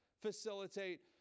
facilitate